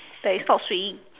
that is not swinging